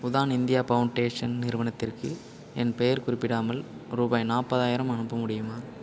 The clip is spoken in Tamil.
உதான் இந்தியா ஃபவுண்டேஷன் நிறுவனத்திற்கு என் பெயர் குறிப்பிடாமல் ருபாய் நாற்பதாயிரம் அனுப்ப முடியுமா